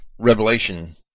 Revelation